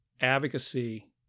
advocacy